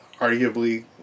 arguably